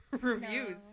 reviews